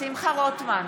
שמחה רוטמן,